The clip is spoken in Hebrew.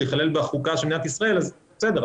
להיכלל בחוקה של מדינת ישראל בסדר,